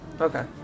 Okay